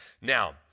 Now